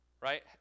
right